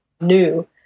new